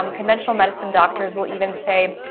um conventional medicine doctors will even say,